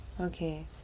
Okay